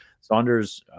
Saunders